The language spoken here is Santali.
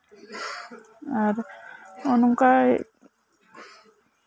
ᱟᱨ ᱱᱚᱝᱠᱟ